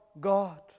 God